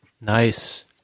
Nice